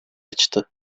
açtı